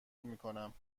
میکنم